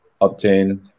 obtain